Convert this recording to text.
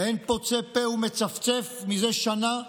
ואין פוצה פה ומצפצף מזה שנה.